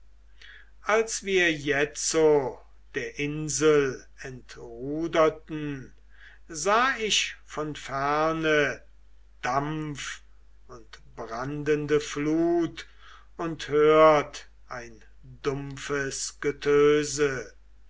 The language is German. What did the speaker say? als wir jetzo der insel entruderten sah ich von ferne dampf und brandende flut und hört ein dumpfes getöse